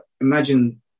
imagine